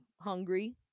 hungry